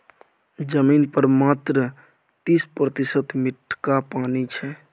जमीन पर मात्र तीन प्रतिशत मीठका पानि छै